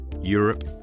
Europe